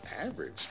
average